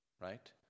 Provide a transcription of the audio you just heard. Right